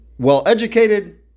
well-educated